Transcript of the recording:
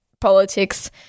politics